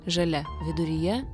žalia viduryje